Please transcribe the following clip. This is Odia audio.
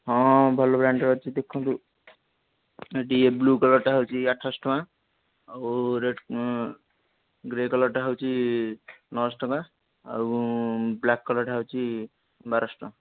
ହଁ ଭଲ ବ୍ରାଣ୍ଡ୍ର ଅଛି ଦେଖନ୍ତୁ ହେଟି ଏ ବ୍ଳ୍ୟୁ କଲର୍ଟା ହେଉଛି ଆଠଶ ଟଙ୍କା ଆଉ ରେଡ଼୍ ଗ୍ରେ କଲର୍ଟା ହେଉଛି ନଅଶହ ଟଙ୍କା ଆଉ ବ୍ଳାକ୍ କଲର୍ଟା ହେଉଛି ବାରଶହ ଟଙ୍କା